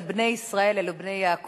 לבני ישראל ולבני יעקב,